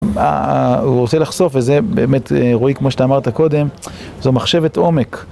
הוא רוצה לחשוף, וזה באמת, רועי, כמו שאתה אמרת קודם, זו מחשבת עומק.